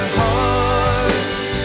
hearts